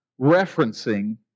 referencing